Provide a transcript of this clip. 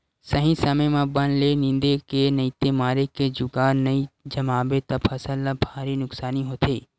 सही समे म बन ल निंदे के नइते मारे के जुगाड़ नइ जमाबे त फसल ल भारी नुकसानी होथे